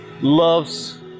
loves